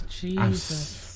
Jesus